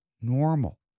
normal